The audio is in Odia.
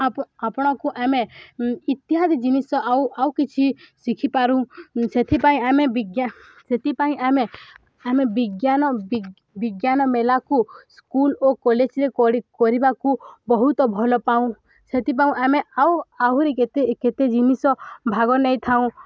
ଆପଣଙ୍କୁ ଆମେ ଇତ୍ୟାଦି ଜିନିଷ ଆଉ ଆଉ କିଛି ଶିଖିପାରୁ ସେଥିପାଇଁ ଆମେ ବିଜ୍ଞା ସେଥିପାଇଁ ଆମେ ଆମେ ବିଜ୍ଞାନ ବିଜ୍ଞାନ ମେଲାକୁ ସ୍କୁଲ୍ ଓ କଲେଜ୍ରେ କରିବାକୁ ବହୁତ ଭଲ ପାଉ ସେଥିପାଇଁ ଆମେ ଆଉ ଆହୁରି କେତେ କେତେ ଜିନିଷ ଭାଗ ନେଇଥାଉଁ